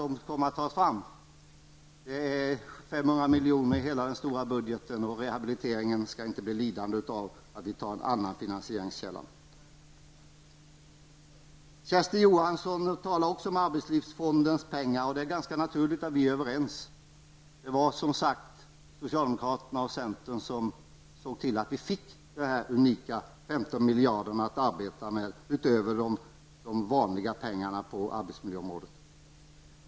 Det handlar om 500 miljoner i hela den stora budgeten. Rehabiliteringen skall inte bli lidande av att vi använder oss av en annan finansieringskälla. Kersti Johansson talade också om arbetslivsfondens pengar. Det är ganska naturligt att vi är överens. Det var som sagt socialdemokraterna och centern som såg till att vi fick de unika 15 miljarderna att arbeta med, utöver de pengar som normalt anslås på arbetslivsområdet.